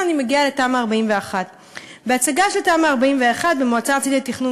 אני מגיעה לתמ"א 41. בהצגה של תמ"א 41 במועצה הארצית לתכנון